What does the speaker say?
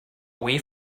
away